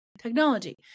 technology